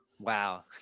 Wow